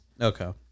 Okay